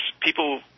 people